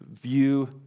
view